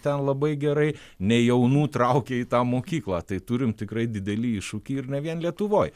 ten labai gerai nei jaunų traukia į tą mokyklą tai turim tikrai didelį iššūkį ir ne vien lietuvoj